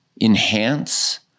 enhance